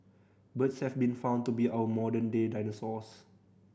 birds have been found to be our modern day dinosaurs